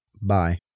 bye